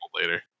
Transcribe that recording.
later